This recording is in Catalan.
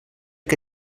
que